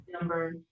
number